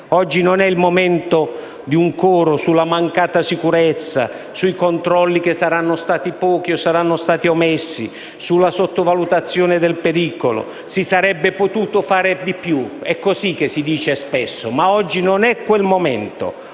Oggi non è il momento di un coro sulla mancata sicurezza, sui controlli che saranno stati pochi o omessi e sulla sottovalutazione del pericolo. «Si sarebbe potuto fare di più»: è così che si dice spesso; ma oggi non è il momento